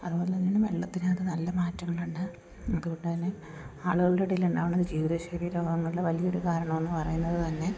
അതുപോലെ തന്നെ വെള്ളത്തിനകത്ത് നല്ല മാറ്റങ്ങളുണ്ട് അതുകൊണ്ട് തന്നെ ആളുകളുടെ ഇടയിൽ ഉണ്ടാവുന്ന ജീവിതശൈലി രോഗങ്ങളുടെ വലിയ ഒരു കാരണമെന്ന് പറയുന്നതു തന്നെ